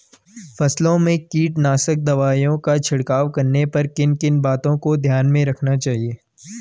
फसलों में कीटनाशक दवाओं का छिड़काव करने पर किन किन बातों को ध्यान में रखना चाहिए?